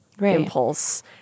impulse